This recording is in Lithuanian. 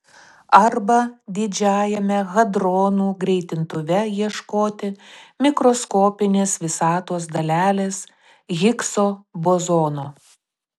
arba didžiajame hadronų greitintuve ieškoti mikroskopinės visatos dalelės higso bozono